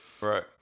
Right